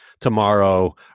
tomorrow